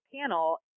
panel